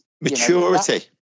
maturity